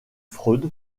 freud